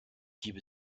gebe